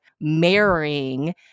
marrying